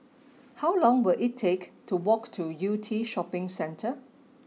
how long will it take to walk to Yew Tee Shopping Centre